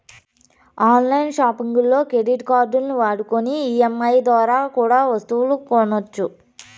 on line సాపింగుల్లో credit కార్డుల్ని వాడుకొని ఈ.ఎం.ఐ దోరా కూడా ఒస్తువులు కొనొచ్చు